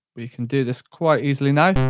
we can do this quite easily now,